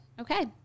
Okay